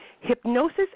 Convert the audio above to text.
Hypnosis